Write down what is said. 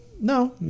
No